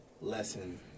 lesson